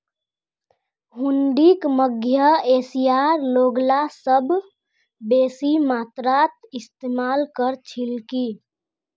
हुंडीक मध्य एशियार लोगला सबस बेसी मात्रात इस्तमाल कर छिल की